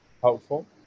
helpful